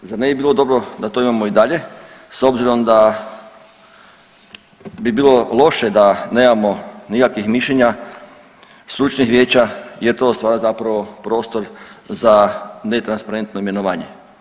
Zar ne bi bilo dobro da to imamo i dalje s obzirom da bi bilo loše da nemamo nikakvih mišljenja, stručnih vijeća jer to stvara zapravo prostor za netransparentno imenovanje.